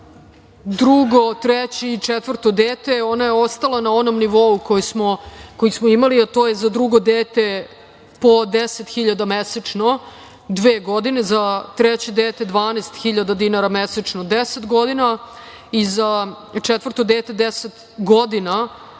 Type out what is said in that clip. drugo, treće i četvrto dete. Ona je ostala na onom nivou koji smo imali, a to je za drugo dete po 10.000 mesečno dve godine, za treće dete 12.000 dinara mesečno deset godina i za četvrto dete 10 godina